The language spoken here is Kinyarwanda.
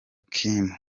kim